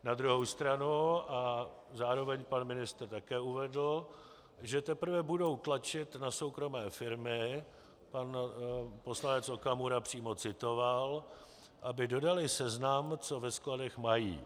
Na druhou stranu a zároveň pan ministr také uvedl, že teprve budou tlačit na soukromé firmy, pan poslanec Okamura přímo citoval, aby dodaly seznam, co ve skladech mají.